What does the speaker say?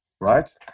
right